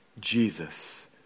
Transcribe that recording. Jesus